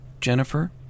Jennifer